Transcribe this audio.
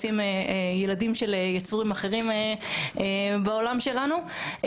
לשים ילדים של יצורים אחרים בעולם שלנו.